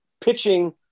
pitching